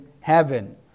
heaven